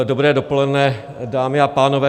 Dobré dopoledne, dámy a pánové.